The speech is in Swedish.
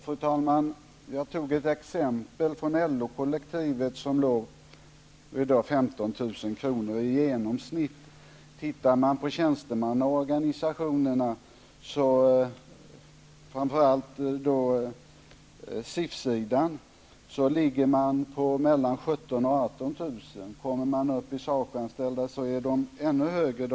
Fru talman! Jag tog ett exempel från LO kollektivet, som ligger på 15 000 kr. i genomsnittlig månadslön. Men tittar man på tjänstemannaorganisationerna, framför allt på SIF sidan, finner man att motsvarande belopp är 17 000--18 000 kr. För de SACO-anställda är beloppen ännu högre.